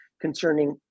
concerning